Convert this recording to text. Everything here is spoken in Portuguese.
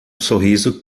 sorriso